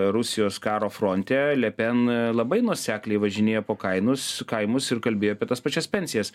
rusijos karo fronte le pen labai nuosekliai važinėjo po kainus kaimus ir kalbėjo apie tas pačias pensijas